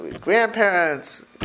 grandparents